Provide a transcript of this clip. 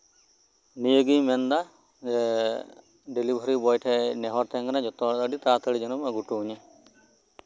ᱱᱤᱭᱟᱹ ᱜᱮ ᱢᱮᱱᱫᱟ ᱰᱮᱞᱤᱵᱷᱟᱨᱤ ᱵᱚᱭ ᱴᱷᱮᱱ ᱱᱮᱦᱚᱨ ᱠᱟᱱᱟ ᱡᱚᱛᱚ ᱛᱟᱲᱟᱛᱟᱲᱤ ᱱᱤᱭᱟᱹᱢ ᱟᱹᱜᱩ ᱦᱚᱴᱚ ᱟᱹᱧᱟ